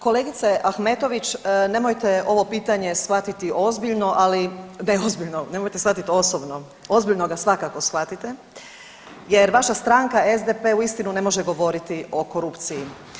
Kolegice Ahmetović nemojte ovo pitanje shvatiti ozbiljno, ne ozbiljno, nemojte shvatiti osobno, ozbiljno ga svakako shvatite jer vaša stranka SDP uistinu ne može govoriti o korupciji.